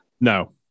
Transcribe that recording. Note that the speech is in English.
No